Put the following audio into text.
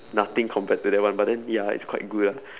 nothing compared to that one but then ya it's quite good ah